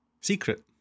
secret